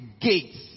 gates